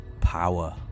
Power